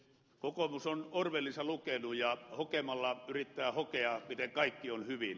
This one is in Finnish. kokoomus on orwellinsa lukenut ja hokemalla yrittää hokea miten kaikki on hyvin